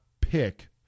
pick